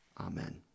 amen